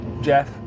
Jeff